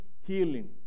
healing